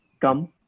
Come